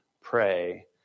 pray